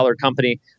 company